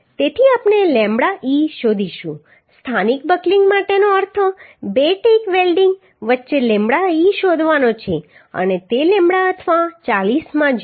તેથી આપણે lambda e શોધીશું સ્થાનિક બકલિંગ માટેનો અર્થ બે ટેક વેલ્ડીંગ વચ્ચે લેમ્બડા ઇ શોધવાનો છે અને તે લેમ્બડા અથવા 40 માં 0